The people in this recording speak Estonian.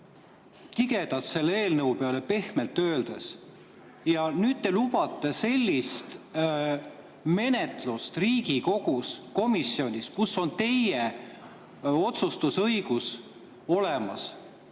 tige selle eelnõu peale, pehmelt öeldes, ja nüüd te lubate sellist menetlust Riigikogu komisjonis, kus on teie otsustusõigus olemas.